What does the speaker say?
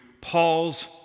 Paul's